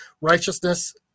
righteousness